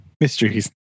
Mysteries